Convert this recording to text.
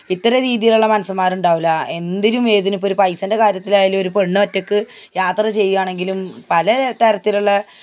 ഇത്തരം രീതിയിലുള്ള മനുഷ്യന്മാരുണ്ടാവില്ല എന്തിനും ഏതിനും ഇപ്പോൾ ഒരു പൈസൻ്റെ കാര്യത്തിലായാലും ഒരു പെണ്ണ് ഒറ്റയ്ക്ക് യാത്ര ചെയ്യാനാണെങ്കിലും പല തരത്തിലുള്ള